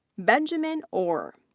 benjamin orr.